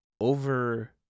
over